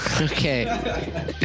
Okay